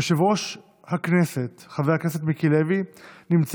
יושב-ראש הכנסת חבר הכנסת מיקי לוי נמצא